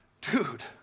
dude